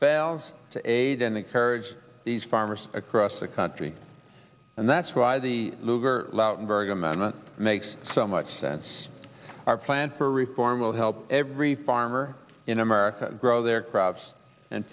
battles to aid and encourage these farmers across the country and that's why the luger lautenberg amendment makes so much sense our plan for reform will help every farmer in america grow their crops and